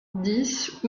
dix